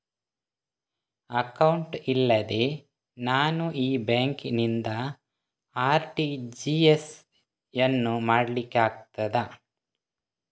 Account ಇಲ್ಲದೆ ನಾನು ಈ ಬ್ಯಾಂಕ್ ನಿಂದ ಆರ್.ಟಿ.ಜಿ.ಎಸ್ ಯನ್ನು ಮಾಡ್ಲಿಕೆ ಆಗುತ್ತದ?